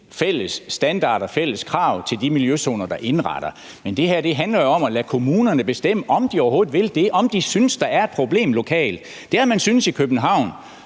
fælles standarder, fælles krav til de miljøzoner, der indrettes. Det her handler jo om at lade kommunerne bestemme, om de overhovedet vil det, om de synes, der er et problem lokalt. Det har man syntes i København